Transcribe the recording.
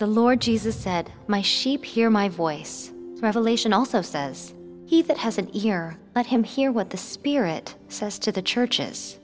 the lord jesus said my sheep hear my voice revelation also says he that has an ear but him hear what the spirit says to the churches